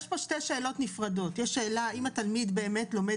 יש פה שתי שאלות נפרדות: האחת האם התלמיד באמת לומד